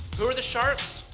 who are the sharks?